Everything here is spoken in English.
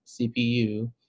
CPU